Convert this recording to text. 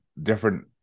different